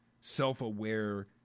self-aware